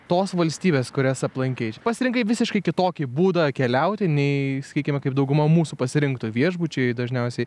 tos valstybės kurias aplankei pasirinkai visiškai kitokį būdą keliauti nei sakykime kaip dauguma mūsų pasirinktų viešbučiai dažniausiai